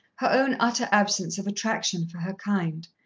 her own utter absence of attraction for her kind.